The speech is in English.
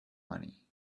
money